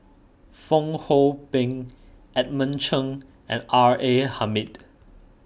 Fong Hoe Beng Edmund Cheng and R A Hamid